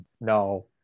No